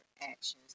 actions